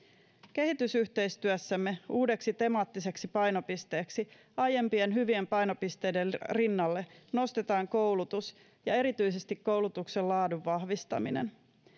kehitysyhteistyössämme uudeksi temaattiseksi painopisteeksi aiempien hyvien painopisteiden rinnalle nostetaan koulutus ja erityisesti koulutuksen laadun vahvistaminen